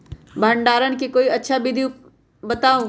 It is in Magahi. भंडारण के कोई अच्छा विधि बताउ?